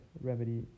remedy